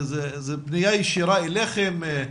זה פניה ישירה אליכם?